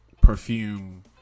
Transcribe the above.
perfume